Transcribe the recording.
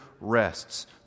rests